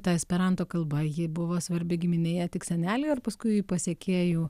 ta esperanto kalba ji buvo svarbi giminėje tik seneliui ar paskui pasekėjų